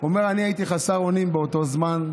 הוא אומר: אני הייתי חסר אונים באותו זמן,